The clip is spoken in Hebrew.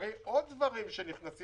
ולצערי יש עוד דברים שנכנסים.